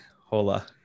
Hola